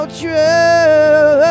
true